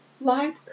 library